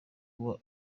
kuba